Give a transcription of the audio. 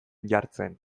jartzen